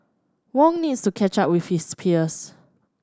Wong needs to catch up with his peers